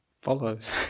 follows